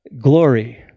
glory